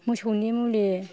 मोसौनि मुलि